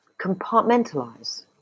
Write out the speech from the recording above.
compartmentalize